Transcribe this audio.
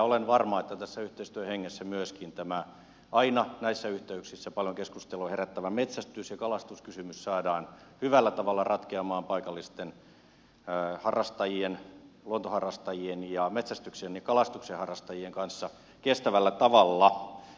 olen varma että tässä yhteistyön hengessä myöskin tämä aina näissä yhteyksissä paljon keskustelua herättävä metsästys ja kalastuskysymys saadaan ratkeamaan paikallisten luontoharrastajien sekä metsästyksen ja kalastuksen harrastajien kanssa hyvällä ja kestävällä tavalla